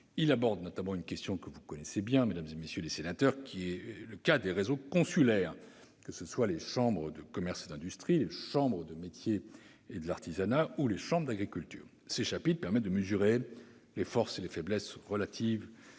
Il aborde notamment une question que vous connaissez bien, mesdames, messieurs les sénateurs, à savoir le cas des réseaux consulaires, que ce soit les chambres de commerce et d'industrie, les CCI, les chambres de métiers et de l'artisanat, les CMA, ou les chambres d'agriculture. Ces chapitres permettent de mesurer les forces et faiblesses relatives de ces